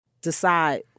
Decide